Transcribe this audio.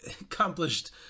accomplished